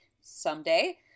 someday